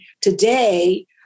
today